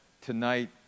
tonight